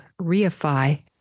reify